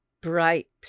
Bright